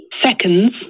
seconds